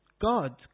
God